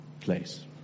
place